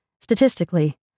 statistically